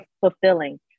fulfilling